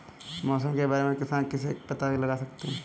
मौसम के बारे में किसान किससे पता लगा सकते हैं?